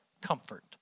comfort